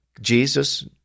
Jesus